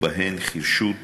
ובהן חירשות,